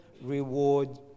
reward